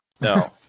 No